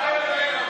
בנט יבטל.